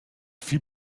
feel